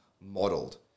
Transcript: modeled